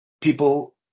people